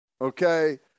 okay